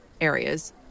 areas